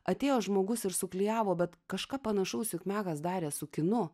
atėjo žmogus ir suklijavo bet kažką panašaus juk mekas darė su kinu